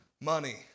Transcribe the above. money